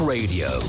Radio